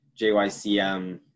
JYCM